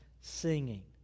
singing